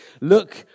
Look